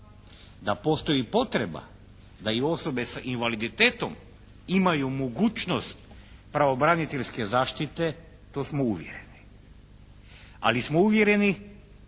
da postoji potreba da i osobe sa invaliditetom imaju mogućnost pravobraniteljske zaštite. To smo uvjereni. Ali smo uvjereni,